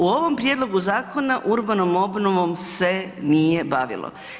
U ovom prijedlogu zakona urbanom obnovom se nije bavilo.